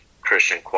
Christian